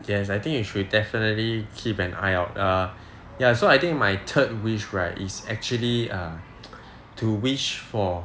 yes I think you should definitely keep an eye out err ya so I think my third wish right is actually err to wish for